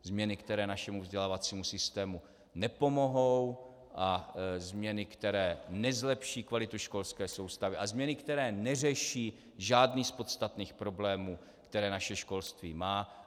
Změny, které našemu vzdělávacímu systému nepomohou, a změny, které nezlepší kvalitu školské soustavy, a změny, které neřeší žádný z podstatných problémů, které naše školství má.